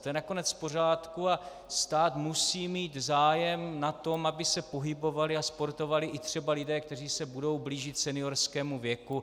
To je nakonec v pořádku a stát musí mít zájem na tom, aby se pohybovali a sportovali i třeba lidé, kteří se budou blížit seniorskému věku.